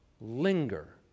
linger